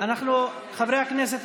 חברי הכנסת,